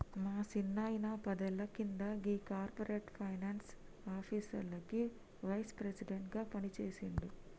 మా సిన్నాయిన పదేళ్ల కింద గీ కార్పొరేట్ ఫైనాన్స్ ఆఫీస్లకి వైస్ ప్రెసిడెంట్ గా పనిజేసిండు